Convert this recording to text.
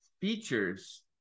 features